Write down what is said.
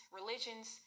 religions